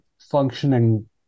functioning